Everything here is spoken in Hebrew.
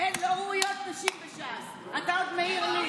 תודה רבה.